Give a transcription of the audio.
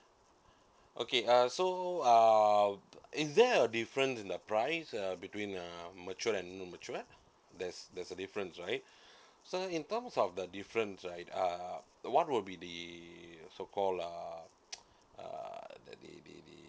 okay uh so um is there a difference in the price uh between uh mature and non mature there's there's a difference right so in terms of the difference right uh what would be the so call uh uh maybe the